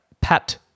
Pat